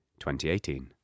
2018